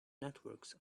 networks